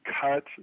cut